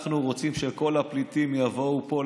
אנחנו רוצים שכל הפליטים יבואו לפה,